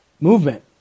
movement